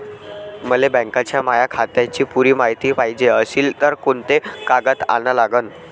मले बँकेच्या माया खात्याची पुरी मायती पायजे अशील तर कुंते कागद अन लागन?